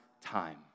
time